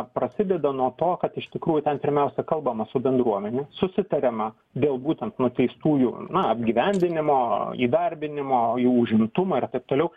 prasideda nuo to kad iš tikrųjų ten pirmiausia kalbama su bendruomene susitariama dėl būtent nuteistųjų na apgyvendinimo įdarbinimo jų užimtumo ir taip toliau